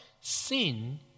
Sin